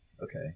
Okay